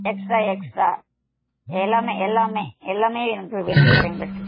extra extra எல்லாமே எல்லாமே எல்லாமே எனக்கு வேணும் சார் எங்களுக்கு